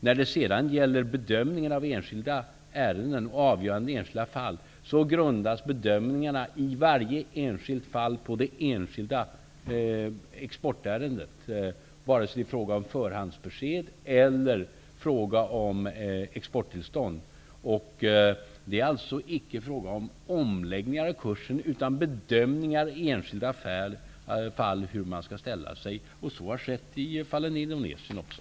När det gäller avgöranden i enskilda fall grundar sig bedömningarna på det enskilda exportärendet, vare sig det är fråga om förhandsbesked eller exporttillstånd. Det är alltså icke fråga om omläggningar i kursen, utan bedömningar i enskilda fall om hur man skall ställa sig. Så har skett i fallen i Indonesien också.